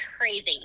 crazy